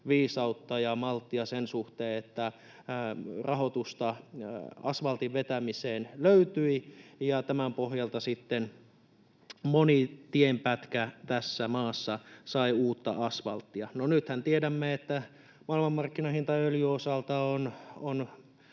viisautta ja malttia sen suhteen, että rahoitusta asvaltin vetämiseen löytyi, ja tämän pohjalta sitten moni tienpätkä tässä maassa sai uutta asvalttia. No nythän tiedämme, että maailmanmarkkinahinta öljyn osalta on